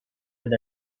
with